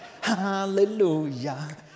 hallelujah